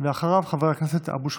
אחריו, חבר הכנסת אבו שחאדה.